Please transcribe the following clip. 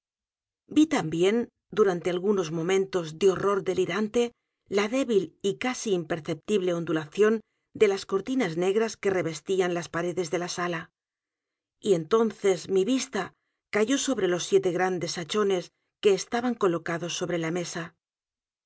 vi también durante algunos momentos de horror delirante la débil y casi imperceptible ondulación de las cortinas negras que revestían las paredes de la sala y entonces mi vista cayó sobre los siete grandes hachones que estaban colocados sobre la mesa